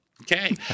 Okay